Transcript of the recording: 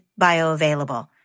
bioavailable